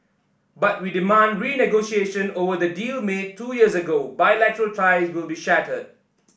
but we demand renegotiation over the deal made two years ago bilateral ties will be shattered